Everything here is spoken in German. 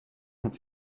hat